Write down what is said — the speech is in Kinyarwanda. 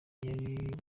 yari